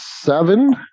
seven